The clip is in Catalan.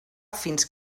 fins